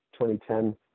2010